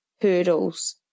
hurdles